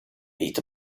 beat